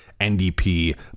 NDP